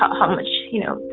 um how much, you know,